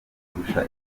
kurusha